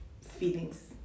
feelings